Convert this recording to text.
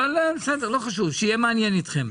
אבל בסדר, לא חשוב, שיהיה מעניין אתכם.